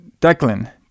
Declan